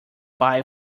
bye